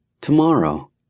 Tomorrow